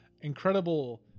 incredible